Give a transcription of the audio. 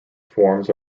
forms